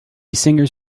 singers